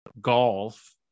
golf